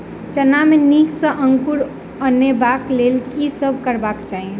चना मे नीक सँ अंकुर अनेबाक लेल की सब करबाक चाहि?